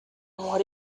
are